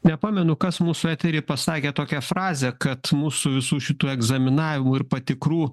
nepamenu kas mūsų etery pasakė tokią frazę kad mūsų visų šitų egzaminavimų ir patikrų